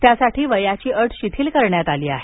त्यासाठी वयाची अट शिथिल करण्यात आली आहे